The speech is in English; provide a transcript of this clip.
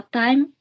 time